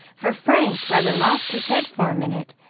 for frank rather lost his head for a minute,